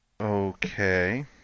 Okay